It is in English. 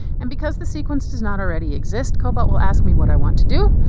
and because the sequence does not already exist, cobalt will ask me what i want to do.